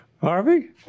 Harvey